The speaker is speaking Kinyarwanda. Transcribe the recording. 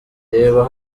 reba